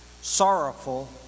sorrowful